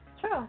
True